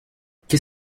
qu’est